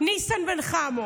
הצעת חוק לתיקון דיני הראיות (הגנת ילדים)